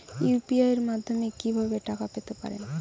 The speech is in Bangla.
ইউ.পি.আই মাধ্যমে কি ভাবে টাকা পেতে পারেন?